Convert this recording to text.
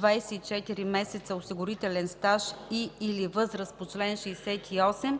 24 месеца осигурителен стаж и/или възраст по чл. 68,